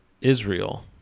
Israel